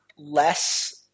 Less